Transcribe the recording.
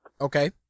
Okay